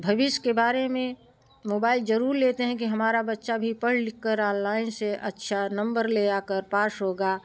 भविष्य के बारे में मोबाइल जरूर लेते हैं कि हमारा बच्चा भी पढ़ लिख के आनलाइन से अच्छा नंबर ले आ कर पाश होगा